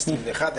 ה-21,